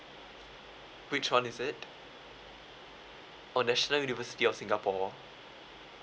which one is it oh national university of singapore